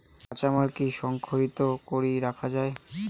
কাঁচামাল কি সংরক্ষিত করি রাখা যায়?